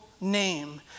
name